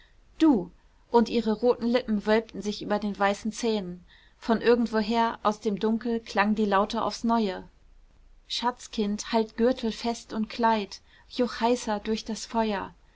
du und ihre roten lippen wölbten sich über den weißen zähnen von irgendwoher aus dem dunkel klang die laute aufs neue schatzkind halt gürtel fest und kleid juchheisa durch das feuer